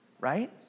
right